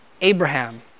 Abraham